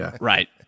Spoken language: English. Right